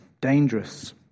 dangerous